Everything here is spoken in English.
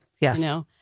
Yes